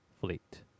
Fleet